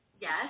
yes